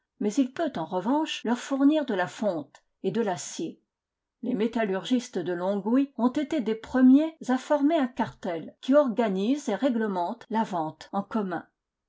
mais il peut en revanche leur fournir de la fonte et de l'acier les métallurgistes de longwy ont été des premiers à former un cartell qui organise et réglemente la vente en commun